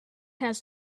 has